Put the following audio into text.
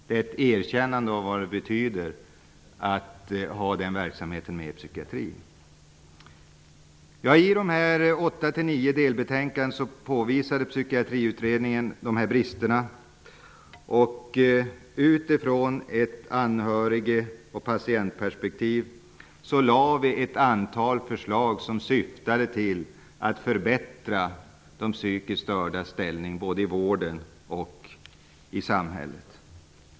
Det är ett erkännande av vad det betyder att ha den verksamheten med i psykiatrin. Psykiatriutredningen de här bristerna. Utifrån ett anhörig och patientperspektiv lade man fram ett antal förslag som syftade till att förbättra de psykiskt stördas ställning både i vården och i samhället.